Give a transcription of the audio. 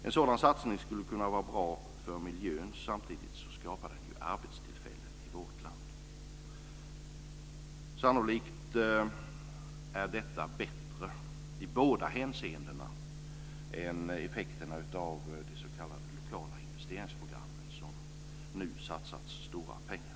En sådan satsning skulle kunna vara bra för miljön. Samtidigt skapar den arbetstillfällen i vårt land. Sannolikt är detta bättre i båda hänseenden än effekterna av de s.k. lokala investeringsprogrammen, som det nu satsas så stora pengar på.